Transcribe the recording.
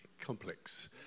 complex